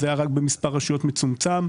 זה היה רק במספר רשויות מצומצם.